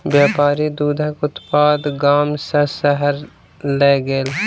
व्यापारी दूधक उत्पाद गाम सॅ शहर लय गेल